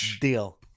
deal